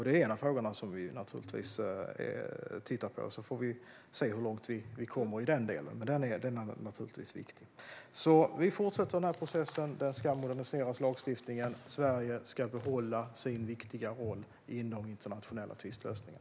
Det är en av de frågor vi tittar på, och vi får se hur långt vi kommer i den delen. Vi fortsätter processen. Lagstiftningen ska moderniseras, och Sverige ska behålla sin viktiga roll inom internationella tvistlösningar.